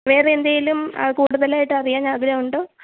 വേറെ എന്തെങ്കിലും കൂടുതലായിട്ട് അറിയാൻ ആഗ്രഹം ഉണ്ടോ